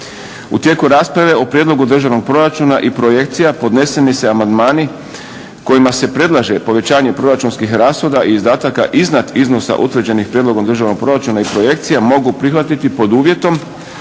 U tijeku rasprave o prijedlogu državnog proračuna i projekcija podneseni se amandmani kojima se predlaže povećanje proračunskih rashoda i izdataka iznad iznosa utvrđenih prijedlogom državnog proračuna i projekcija mogu prihvatiti pod uvjetom